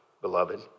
beloved